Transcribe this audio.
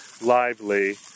lively